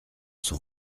son